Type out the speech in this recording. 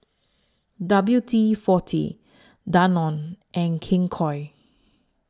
W D forty Danone and King Koil